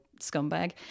scumbag